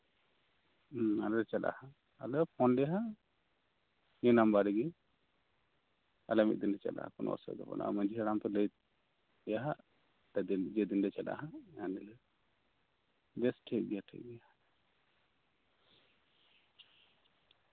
ᱦᱩᱸ ᱟᱞᱮ ᱞᱮ ᱪᱟᱞᱟᱜᱼᱟ ᱟᱞᱮᱯᱮ ᱯᱷᱳᱱᱟᱞᱮᱭᱟ ᱦᱟᱸᱜ ᱱᱤᱭᱟᱹ ᱱᱟᱢᱵᱟᱨ ᱨᱮᱜᱮ ᱟᱞᱮ ᱢᱤᱫ ᱫᱤᱱ ᱞᱮ ᱪᱟᱞᱟᱜᱼᱟ ᱠᱳᱱᱳ ᱚᱥᱩᱵᱤᱫᱟ ᱵᱟᱱᱩᱜᱼᱟ ᱢᱟᱡᱷᱤ ᱦᱟᱲᱟᱢᱮ ᱞᱟᱹᱭᱟᱯᱮ ᱦᱟᱸᱜ ᱡᱮᱫᱤᱱ ᱞᱮ ᱪᱟᱞᱟᱜᱼᱟ ᱤᱱᱟᱹ ᱫᱤᱱ ᱵᱮᱥ ᱴᱷᱤᱠ ᱜᱮᱭᱟ